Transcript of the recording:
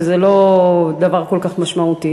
וזה לא דבר כל כך משמעותי,